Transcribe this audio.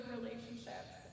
relationships